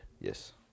Yes